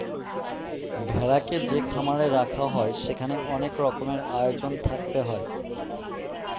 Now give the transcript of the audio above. ভেড়াকে যে খামারে রাখা হয় সেখানে অনেক রকমের আয়োজন থাকতে হয়